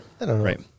Right